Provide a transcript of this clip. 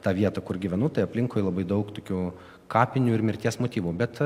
tą vietą kur gyvenu tai aplinkui labai daug tokių kapinių ir mirties motyvų bet